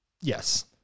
Yes